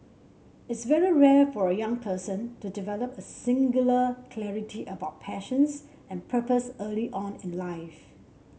it's very rare for a young person to develop a singular clarity about passions and purpose early on in life